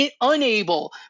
unable